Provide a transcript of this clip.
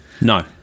No